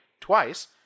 twice